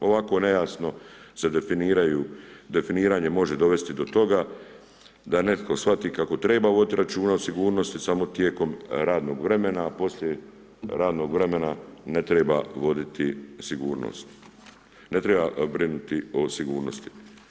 Ovo ovako nejasno se definiraju, definiranje može dovesti do toga da netko shvati kako treba voditi računa o sigurnosti samo tijekom radnog vremena a poslije radnog vremena ne treba voditi sigurnost, ne treba brinuti o sigurnosti.